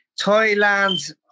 Thailand